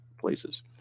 places